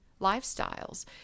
lifestyles